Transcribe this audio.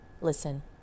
listen